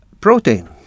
protein